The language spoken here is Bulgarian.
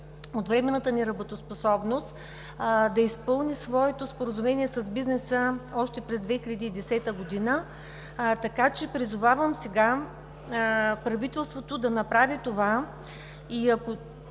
от временната неработоспособност, да изпълни своето споразумение с бизнеса още през 2010 г., така че призовавам сега правителството да направи това. Даже